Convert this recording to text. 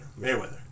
Mayweather